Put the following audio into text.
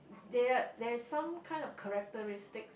there are there's some kind of characteristics